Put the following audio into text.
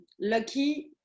lucky